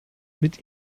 mit